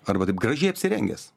arba taip gražiai apsirengęs